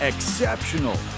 Exceptional